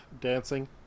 dancing